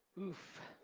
oof.